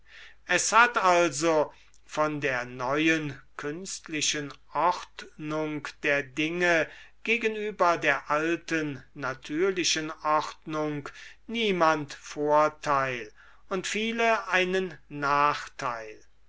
jes hat also von der neuen künstlichen ordnung der dinge gegenüber der alten natürlichen ordnung niemand vorteil und viele einen nachteil